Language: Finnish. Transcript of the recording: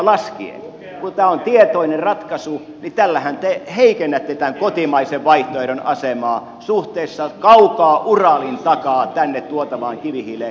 kun tämä on tietoinen ratkaisu niin tällähän te heikennätte tämän kotimaisen vaihtoehdon asemaa suhteessa kaukaa uralin takaa tänne tuotavaan kivihiileen